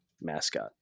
mascot